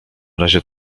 razie